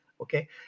Okay